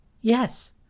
Yes